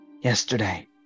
yesterday